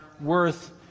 worth